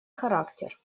характер